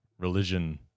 religion